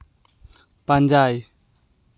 ᱯᱟᱸᱡᱟᱭ